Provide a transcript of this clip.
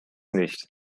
nicht